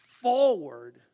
forward